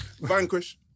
Vanquish